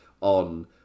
on